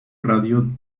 radio